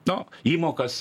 nu įmokas